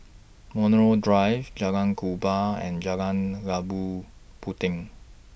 Montreal Drive Jalan Kubor and Jalan Labu Puteh